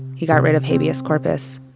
he got rid of habeas corpus.